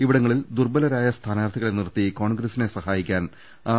ഇവിടങ്ങളിൽ ദൂർബലരായ സ്ഥാനാർഥികളെനിർത്തി കോൺഗ്രസിനെ സഹായിക്കാൻ ആർ